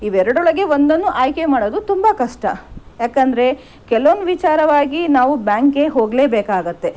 ಇವೆರಡೊಳಗೆ ಒಂದನ್ನು ಆಯ್ಕೆ ಮಾಡೋದು ತುಂಬ ಕಷ್ಟ ಯಾಕೆಂದರೆ ಕೆಲವೊಂದು ವಿಚಾರವಾಗಿ ನಾವು ಬ್ಯಾಂಕ್ಗೆ ಹೋಗಲೇಬೇಕಾಗತ್ತೆ